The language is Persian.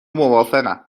موافقم